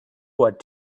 what